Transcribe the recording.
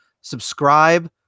subscribe